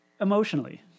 emotionally